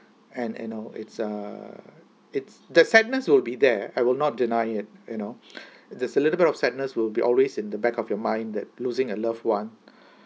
and and know it's err it's the sadness will be there I will not deny it you know this a little bit of sadness will be always in the back of your mind that losing a loved one